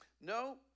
No